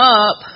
up